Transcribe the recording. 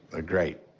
ah great.